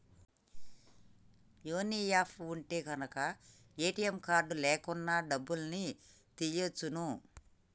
YONO app ఉంటె గనక ATM card లేకున్నా డబ్బుల్ని తియ్యచ్చును